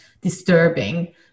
disturbing